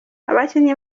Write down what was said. abakinyi